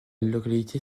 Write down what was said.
localité